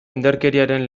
indarkeriaren